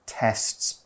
tests